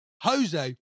jose